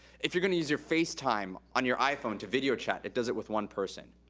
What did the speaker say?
if you're gonna use your facetime on your iphone to video chat, it does it with one person.